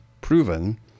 proven